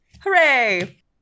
Hooray